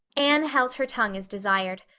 anne held her tongue as desired.